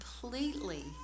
completely